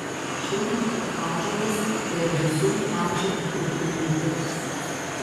šiuo metu ąžuolas yra visų amžiaus grupių lyderis